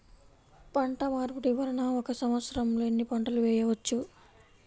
పంటమార్పిడి వలన ఒక్క సంవత్సరంలో ఎన్ని పంటలు వేయవచ్చు?